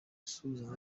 asuhuza